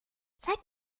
zeig